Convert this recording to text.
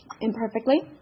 imperfectly